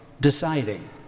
deciding